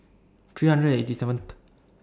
three hundred and eighty seventh